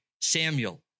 Samuel